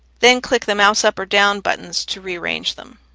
then click the mouse up or down buttons to rearrange them.